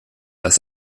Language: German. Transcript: das